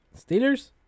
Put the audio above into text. Steelers